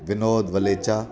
Vinod Walecha